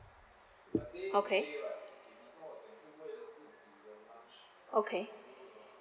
okay okay